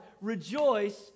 rejoice